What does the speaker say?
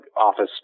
office